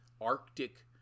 Arctic